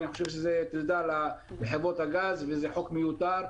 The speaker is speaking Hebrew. אני חושב שזה טרדה לחברות הגז וזה חוק מיותר.